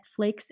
Netflix